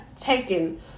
taken